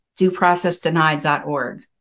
Dueprocessdenied.org